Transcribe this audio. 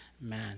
man